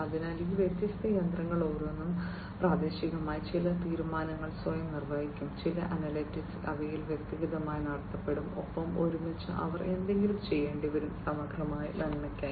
അതിനാൽ ഈ വ്യത്യസ്ത യന്ത്രങ്ങൾ ഓരോന്നും പ്രാദേശികമായി ചില തീരുമാനങ്ങൾ സ്വയം നിർവ്വഹിക്കും ചില അനലിറ്റിക്സ് അവയിൽ വ്യക്തിഗതമായി നടത്തപ്പെടും ഒപ്പം ഒരുമിച്ച് അവർ എന്തെങ്കിലും ചെയ്യേണ്ടിവരും സമഗ്രമായ നന്മയ്ക്കായി